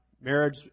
marriage